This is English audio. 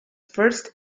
first